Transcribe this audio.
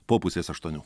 po pusės aštuonių